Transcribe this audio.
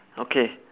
okay